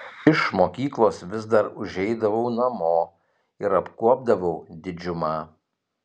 iš mokyklos vis dar užeidavau namo ir apkuopdavau didžiumą